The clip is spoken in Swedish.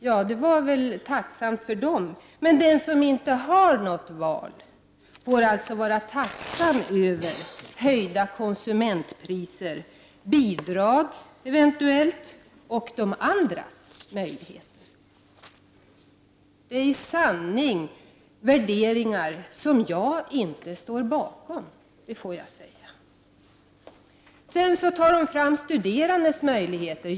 Ja, det var väl tacksamt för honom, men den som inte har något val får alltså vara tacksam över höjda konsumentpriser, bidrag eventuellt och de andras möjligheter. Det är i sanning värderingar som jag inte står bakom, det får jag säga. Sedan tar Anne Wibble fram de studerandes möjligheter.